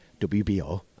WBO